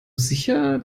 sicher